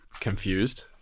confused